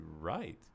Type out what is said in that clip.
Right